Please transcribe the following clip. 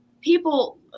people